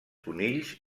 conills